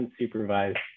unsupervised